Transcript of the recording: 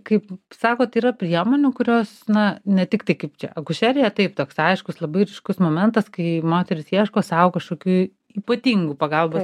kaip sakot yra priemonių kurios na ne tiktai kaip čia akušerija taip toks aiškus labai ryškus momentas kai moterys ieško sau kažkokių ypatingų pagalbos